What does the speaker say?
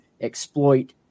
exploit